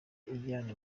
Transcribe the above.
ijyana